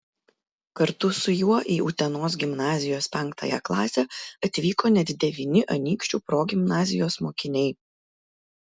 kartu su juo į utenos gimnazijos penktąją klasę atvyko net devyni anykščių progimnazijos mokiniai